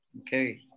Okay